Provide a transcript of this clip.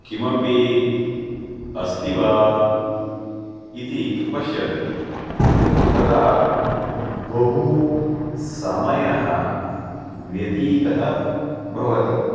किमपि अस्ति वा इति पश्यन्ति तदा बहुसमयः व्यतीतः भवति